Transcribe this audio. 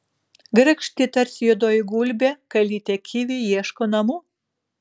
grakšti tarsi juodoji gulbė kalytė kivi ieško namų